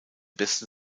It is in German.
besten